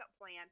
plan